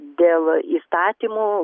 dėl įstatymų